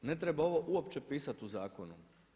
Ne treba ovo uopće pisat u zakonu.